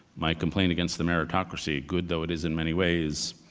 might complain against the meritocracy, good though it is in many ways,